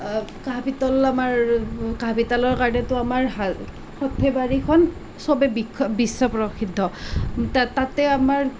কাঁহ পিতল আমাৰ কাঁহ পিতলৰ কাৰণেতো আমাৰ সৰ্থেবাৰীখন সবে বিখ বিশ্ব প্ৰসিদ্ধ তা তাতে আমাৰ